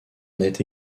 naît